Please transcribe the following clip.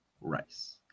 Rice